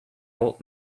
old